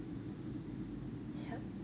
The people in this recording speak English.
yup